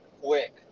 quick